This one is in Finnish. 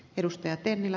arvoisa puhemies